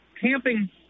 camping